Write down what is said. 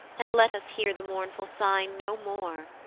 and let us hear the mournful sigh no more,